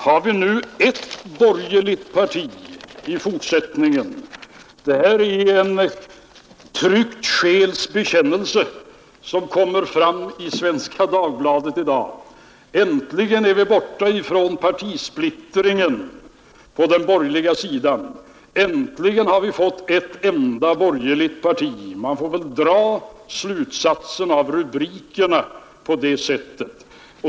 Har vi nu ett borgerligt parti i fortsättningen? Det är en betryckt själs glada bekännelse som kommer fram i Svenska Dagbladet i dag. Äntligen är vi borta ifrån partisplittringen på den borgerliga sidan. Äntligen har vi fått ett enda borgerligt parti. Man får väl dra slutsatserna av rubrikerna på det sättet.